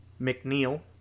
McNeil